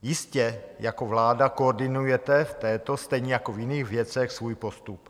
Jistě jako vláda koordinujete v této stejně jako v jiných věcech svůj postup.